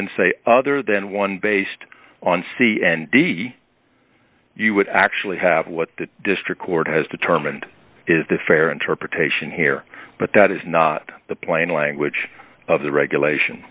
then say other than one based on c and d you would actually have what the district court has determined is the fair interpretation here but that is not the plain language of the regulation